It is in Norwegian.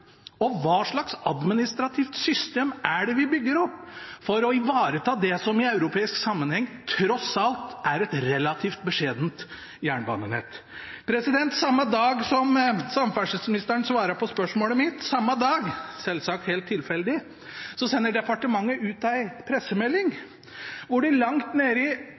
Hva slags administrativt system er det vi bygger opp for å ivareta det som i europeisk sammenheng tross alt er et relativt beskjedent jernbanenett? Samme dag som samferdselsministeren svarte på spørsmålet mitt – samme dag, selvsagt helt tilfeldig – sender departementet ut en pressemelding hvor de langt nede har en underoverskrift: «Bruk av konsulentbistand i